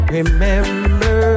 Remember